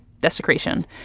desecration